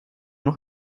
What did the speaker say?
noch